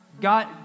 God